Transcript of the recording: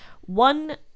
one